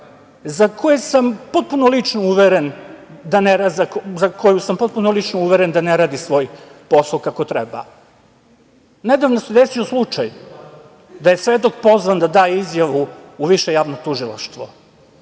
za koju sam potpuno lično uveren da ne radi svoj posao kako treba. Nedavno se desio slučaj da je svedok pozvan da da izjavu u Više javno tužilaštvo.